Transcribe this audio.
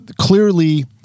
clearly